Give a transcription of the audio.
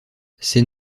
ces